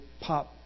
pop